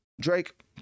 drake